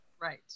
Right